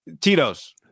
tito's